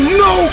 no